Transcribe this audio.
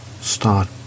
start